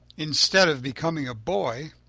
instead of becoming a boy,